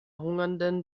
hungernden